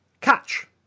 Catch